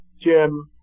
Jim